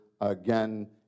again